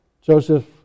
Joseph